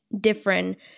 different